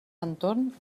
entorn